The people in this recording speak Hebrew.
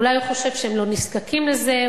אולי הוא חושב שהם לא נזקקים לזה,